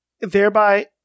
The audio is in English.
thereby